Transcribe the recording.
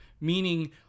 Meaning